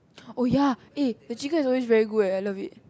oh ya eh the chicken is always very good eh I love it